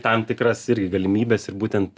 tam tikras irgi galimybes ir būtent